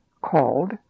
called